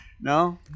No